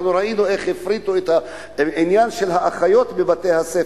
אנחנו ראינו איך הפריטו את העניין של האחיות בבתי-הספר,